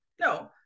No